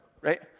right